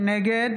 נגד